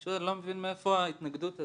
פשוט אני לא מבין מאיפה ההתנגדות הזאת,